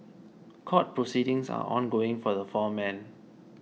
court proceedings are ongoing for the four men